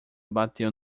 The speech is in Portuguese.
bateu